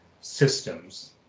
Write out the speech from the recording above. systems